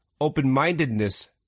Open-mindedness